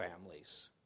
families